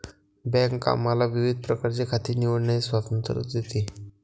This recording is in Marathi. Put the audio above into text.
बँक आम्हाला विविध प्रकारची खाती निवडण्याचे स्वातंत्र्य देते